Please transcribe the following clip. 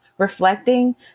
reflecting